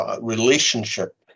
relationship